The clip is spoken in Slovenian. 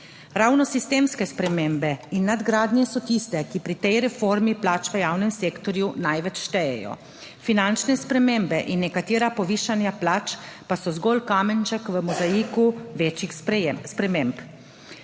Ravno sistemske spremembe in nadgradnje so tiste, ki pri tej reformi plač v javnem sektorju največ štejejo. Finančne spremembe in nekatera povišanja plač pa so zgolj kamenček v mozaiku večjih sprememb.